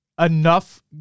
enough